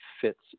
fits